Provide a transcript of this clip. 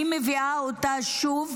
אני מביאה אותה שוב,